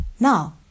Now